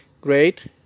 Great